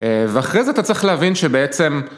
ואחרי זה אתה צריך להבין שבעצם...